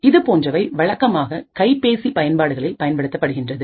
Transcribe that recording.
இது போன்றவை வழக்கமாக கைப்பேசி பயன்பாடுகளில் பயன்படுத்தப்படுகின்றது